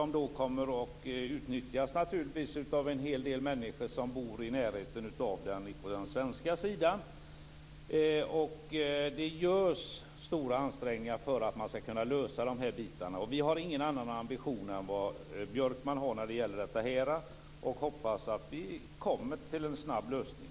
Flygplatsen kommer naturligtvis att utnyttjas av en hel del människor som bor i närheten av den på den svenska sidan. Det görs stora ansträngningar för att man skall kunna lösa de här delarna. Här har vi ingen annan ambition än vad Björkman har. Vi hoppas att vi kommer till en snabb lösning.